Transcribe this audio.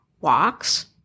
walks